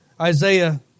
Isaiah